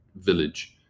village